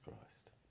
Christ